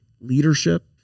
leadership